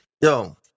Yo